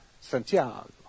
Santiago